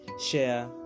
Share